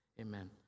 Amen